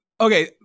Okay